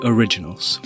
Originals